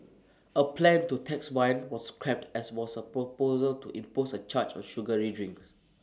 A plan to tax wine was scrapped as was A proposal to impose A charge on sugary drinks